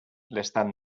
l’estat